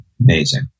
Amazing